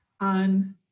on